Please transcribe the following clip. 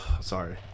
Sorry